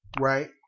Right